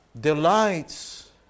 Delights